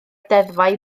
deddfau